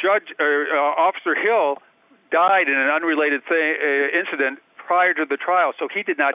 judge officer hill died in an unrelated say incident prior to the trial so he did not